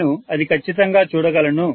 నేను అది ఖచ్చితంగా చూడగలను